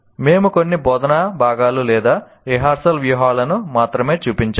మేము కొన్ని బోధనా భాగాలు లేదా రిహార్సల్ వ్యూహాలను మాత్రమే చూపించాము